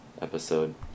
episode